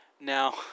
Now